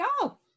go